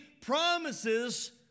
promises